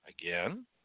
again